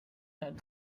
had